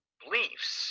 beliefs